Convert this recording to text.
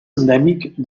endèmic